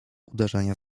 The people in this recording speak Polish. uderzenia